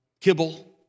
kibble